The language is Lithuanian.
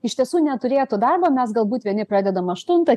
iš tiesų neturėtų darbo mes galbūt vieni pradedam aštuntą